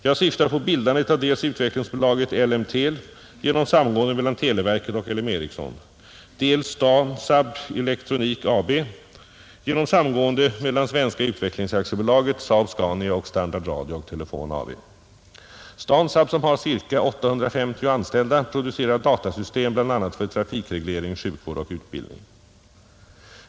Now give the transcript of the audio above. Jag syftar på bildandet av dels utvecklingsbolaget ELLEMTEL genom samgående mellan televerket och LM Ericsson, dels Stansaab Elektronik AB genom samgående mellan Svenska utvecklings AB, SAAB-Scania AB och Standard Radio & Telefon AB. Stansaab, som har ca 850 anställda, producerar datasystem bl.a. för trafikreglering, sjukvård och utbildning.